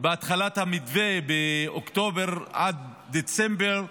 בהתחלת המתווה, באוקטובר עד דצמבר,